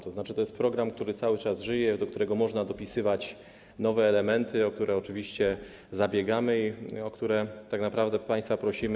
To znaczy to jest program, który cały czas żyje, do którego można dopisywać nowe elementy, o które oczywiście zabiegamy i o które tak naprawdę państwa prosimy.